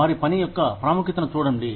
వారి పని యొక్క ప్రాముఖ్యతను చూడండి